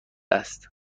است